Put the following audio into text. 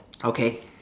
okay